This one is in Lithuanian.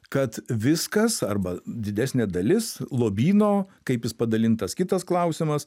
kad viskas arba didesnė dalis lobyno kaip jis padalintas kitas klausimas